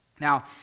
Now